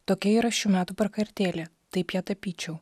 tokia yra šių metų prakartėlė taip ją tapyčiau